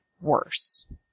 worse